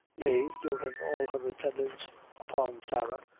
mave, during all her attendance upon sarah,